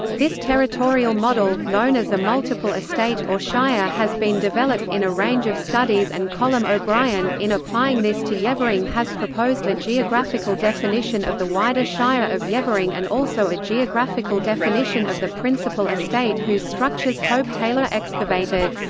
this territorial model, known as a multiple estate or shire has been developed in a range of studies and colm o'brien, in applying this to yeavering has proposed a geographical definition of the wider shire of yeavering and also a geographical definition of the principal estate whose structures hope-taylor excavated.